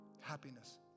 Happiness